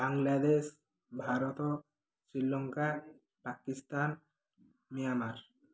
Bangladesh Bharat Sri Lanka Pakistan Myanmar